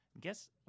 Guess